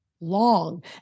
long